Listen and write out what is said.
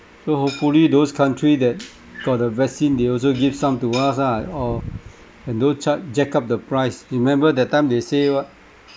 so hopefully those country that got the vaccine they also give some to us ah or and don't charge jack up the price remember that time they say what